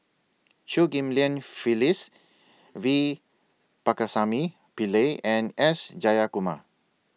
Chew Ghim Lian Phyllis V Pakirisamy Pillai and S Jayakumar